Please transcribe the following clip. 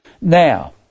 Now